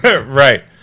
right